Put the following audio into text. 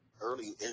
early